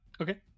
Okay